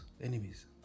enemies